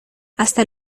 hasta